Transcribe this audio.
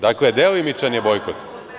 Dakle, delimičan je bojkot.